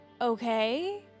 Okay